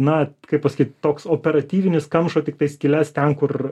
na kaip pasakyt toks operatyvinis kamšo tiktai skyles ten kur